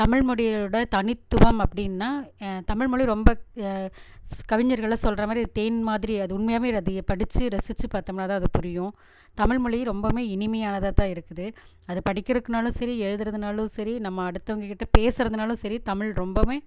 தமிழ் மொழியோட தனித்துவம் அப்படின்னா தமிழ் மொழி ரொம்ப கவிஞர்களெல்லாம் சொல்கிற மாதிரி தேன் மாதிரி அது உண்மையாகவே அது படித்து ரசித்து பார்த்தோம்னா தான் அது புரியும் தமிழ் மொழி ரொம்பவுமே இனிமையானதாக தான் இருக்குது அது படிக்கிறக்கனாலும் சரி எழுதுகிறதுனாலும் சரி நம்ம அடுத்தவங்கள் கிட்டே பேசுகிறதுனாலும் சரி தமிழ் ரொம்பவுமே